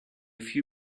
few